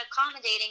accommodating